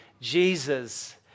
Jesus